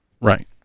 Right